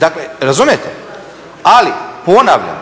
Dakle, razumijete? Ali ponavljam,